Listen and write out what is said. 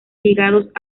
ligados